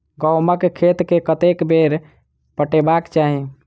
गहुंमक खेत केँ कतेक बेर पटेबाक चाहि?